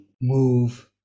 move